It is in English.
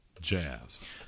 jazz